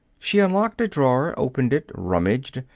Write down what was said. she unlocked a drawer, opened it, rummaged,